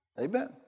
Amen